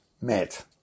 met